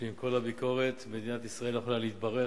שעם כל הביקורת, מדינת ישראל יכולה להתברך,